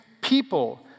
people